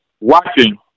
watching